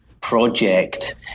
project